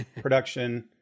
production